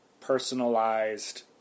personalized